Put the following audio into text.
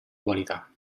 qualità